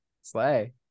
Slay